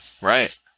Right